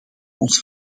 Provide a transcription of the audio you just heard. ons